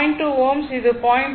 2 Ω இது 0